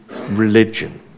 religion